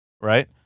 right